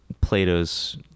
Plato's